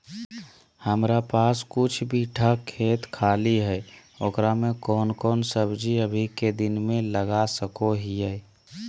हमारा पास कुछ बिठा खेत खाली है ओकरा में कौन कौन सब्जी अभी के दिन में लगा सको हियय?